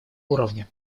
уровне